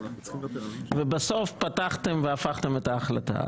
ובסוף פתחתם והפכתם את ההחלטה.